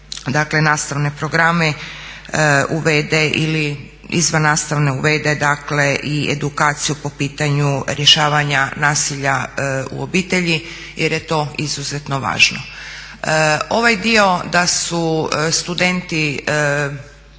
nastavne programe, uvede ili izvan nastave uvede dakle i edukaciju po pitanju rješavanja nasilja u obitelji jer je to izuzetno važno. Ovaj dio da su studenti